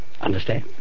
Understand